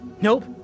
Nope